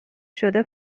شده